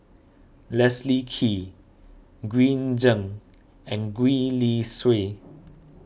Leslie Kee Green Zeng and Gwee Li Sui